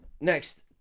Next